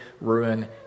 ruin